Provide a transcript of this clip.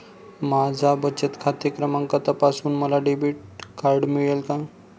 माझा बचत खाते क्रमांक तपासून मला डेबिट कार्ड मिळेल का?